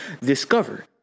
Discover